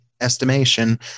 estimation